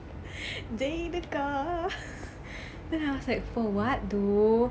jail உள்ள:ulla then I was like for [what] though